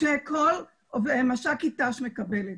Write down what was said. שכל מש"קית ת"ש מקבלת.